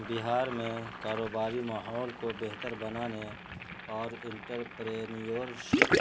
بہار میں کاروباری ماحول کو بہتر بنانے اور انٹرپرینورشپ